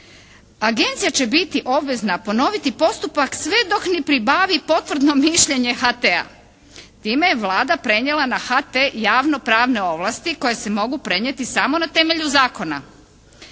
agencija će biti obvezna ponoviti postupak sve dok ne pribavi potvrdno mišljenje HT-a. Time je Vlada prenijela na HT javnopravne ovlasti koje se mogu prenijeti samo na temelju zakona.